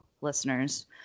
listeners